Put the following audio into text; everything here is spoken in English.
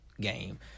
game